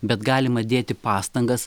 bet galima dėti pastangas